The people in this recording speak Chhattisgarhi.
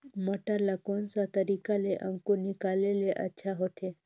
मटर ला कोन सा तरीका ले अंकुर निकाले ले अच्छा होथे?